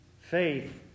Faith